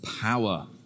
power